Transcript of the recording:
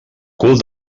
cul